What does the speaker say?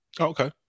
okay